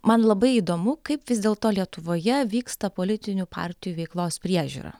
man labai įdomu kaip vis dėlto lietuvoje vyksta politinių partijų veiklos priežiūra